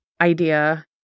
idea